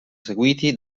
seguiti